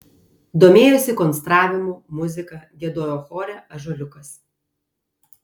domėjosi konstravimu muzika giedojo chore ąžuoliukas